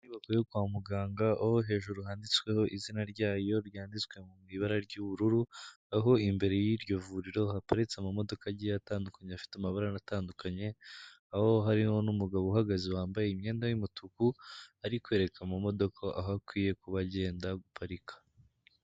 Inyubako yo kwa muganga aho hejuru handitsweho izina ryayo ryanditswe mu ibara ry'ubururu, aho imbere y'iryo vuriro haparitse amamodoka agiye atandukanye afite amabara atandukanye, aho hariho n'umugabo uhagaze wambaye imyenda y'umutuku ari kwereka amamodoka aho akwiye kuba agenda guparika.